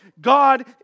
God